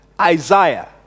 Isaiah